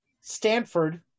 Stanford